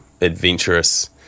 adventurous